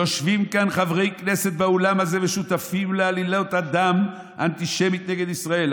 יושבים כאן חברי כנסת באולם הזה ושותפים לעלילת דם אנטישמית נגד ישראל.